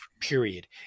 period